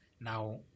now